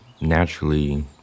naturally